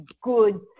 good